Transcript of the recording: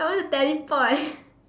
I want to teleport